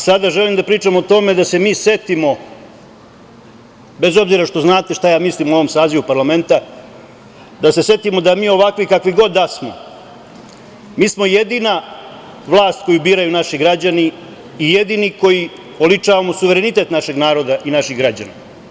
Sada želim da pričam o tome da se mi setimo, bez obzira što znate šta ja mislim o ovom sazivu parlamenta, ovakvi kakvi god da smo, mi smo jedina vlast koju biraju naši građani i jedini koji oličavamo suverenitet našeg naroda i naših građana.